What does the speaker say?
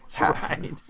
right